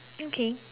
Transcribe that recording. okay